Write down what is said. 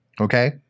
Okay